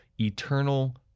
eternal